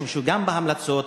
משום שגם בהמלצות,